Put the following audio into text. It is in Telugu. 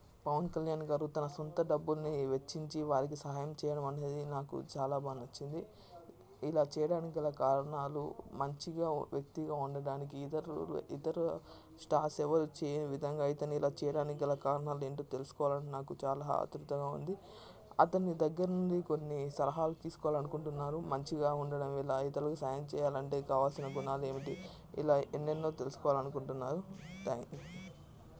పవన్ కళ్యాణ్ గారు తన సొంత డబ్బుల్ని వెచ్చించి వారికి సహాయం చేయడం అనేది నాకు చాలా బాగా నచ్చింది ఇలా చేయడానికి గల కారణాలు మంచిగా వ్యక్తిగా ఉండడానికి ఇతరుల ఇతర స్టార్స్ ఎవ్వరూ చేయని విధంగా అయితే ఇతను ఇలా చేయడానికి గల కారణాలు ఏంటో తెలుసుకోవాలని నాకు చాలా ఆత్రుతగా ఉంది అతని దగ్గర నుండి కొన్ని సలహాలు తీసుకోవాలి అనుకుంటున్నాను మంచిగా ఉండడం ఎలా ఇతరులకు సహాయం చేయాలంటే కావాల్సిన గుణాలు ఏమిటి ఇలా ఎన్నెన్నో తెలుసుకోవాలి అనుకుంటున్నాను థ్యాంక్ యూ